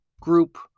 group